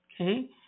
okay